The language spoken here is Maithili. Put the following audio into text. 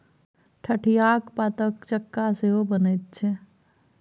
ठढियाक पातक चक्का सेहो बनैत छै